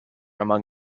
among